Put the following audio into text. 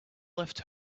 left